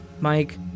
Mike